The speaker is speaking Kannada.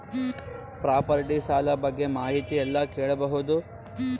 ಪ್ರಾಪರ್ಟಿ ಸಾಲ ಬಗ್ಗೆ ಮಾಹಿತಿ ಎಲ್ಲ ಕೇಳಬಹುದು?